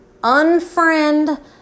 unfriend